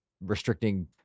Restricting